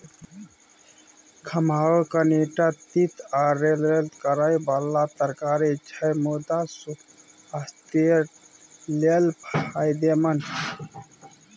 खमहाउर कनीटा तीत आ लेरलेर करय बला तरकारी छै मुदा सुआस्थ लेल फायदेमंद